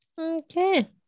Okay